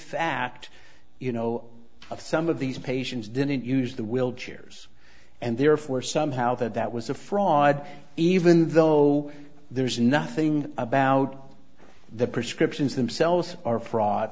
fact you know some of these patients didn't use the will chairs and therefore somehow that that was a fraud even though there's nothing about the prescriptions themselves are fraud